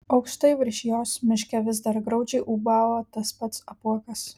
aukštai virš jos miške vis dar graudžiai ūbavo tas pats apuokas